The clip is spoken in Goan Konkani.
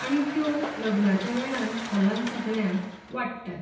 आनी त्यो लग्नाच्या वेळार हॉलांत सगल्यांक वांटतात